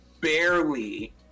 barely